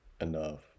enough